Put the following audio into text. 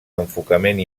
enfocament